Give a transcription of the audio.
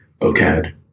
OCAD